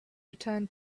return